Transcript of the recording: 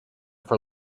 for